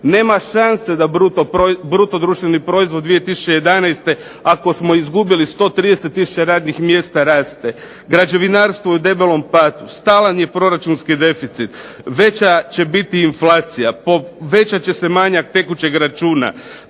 Nema šanse da bruto društveni proizvod 2011. ako smo izgubili 130 tisuća radnih mjesta raste. Građevinarstvo je u debelom padu, stalan je proračunski deficit, veća će biti inflacija, povećat će se manjak tekućeg računa,